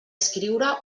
escriure